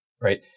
Right